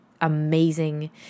amazing